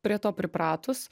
prie to pripratus